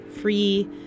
free